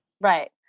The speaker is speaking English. Right